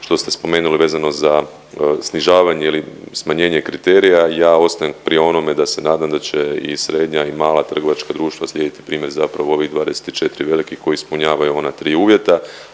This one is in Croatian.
što ste spomenuli vezano za snižavanje ili smanjenje kriterija ja ostajem pri onome da se nadam da će i srednja i mala trgovačka društva slijediti primjer zapravo ovih 24 velikih koji ispunjavaju ona tri uvjeta.